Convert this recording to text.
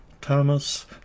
thomas